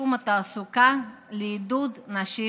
בתחום התעסוקה לעידוד נשים